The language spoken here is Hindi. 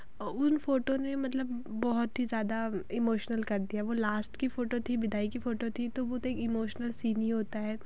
उन फ़ोटो ने मतलब बहुत ही ज़्यादा इमोशनल कर दिया वह लास्ट की फ़ोटो थी विदाई की फ़ोटो थी तो वह तो एक इमोशनल सीन ही होता है